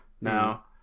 Now